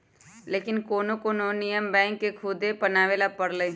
लेकिन कोनो कोनो नियम बैंक के खुदे बनावे ला परलई